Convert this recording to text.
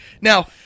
Now